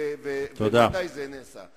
ומתי זה נעשה.